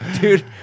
Dude